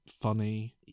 funny